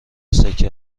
سکه